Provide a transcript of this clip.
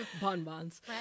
bonbons